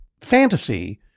fantasy